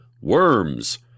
worms